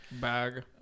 bag